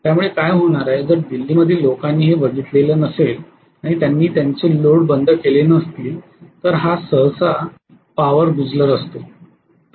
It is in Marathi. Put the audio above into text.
त्यामुळे काय होणार आहे जर दिल्लीमधील लोकांनी हे बघितले नसेल आणि त्यांनी त्यांचे लोड बंद केले नसतील तर हा सहसा पॉवर गुजलर असतो